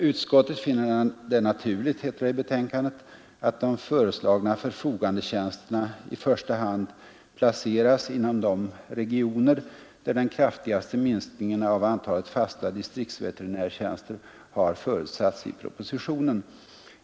”Utskottet finner det naturligt”, heter det i betänkandet, ”att de föreslagna förfogandetjänsterna i första hand placeras inom de regioner där den kraftigaste minskningen av antalet fasta distriktsveterinärtjänster har förutsatts i propositionen.